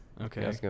okay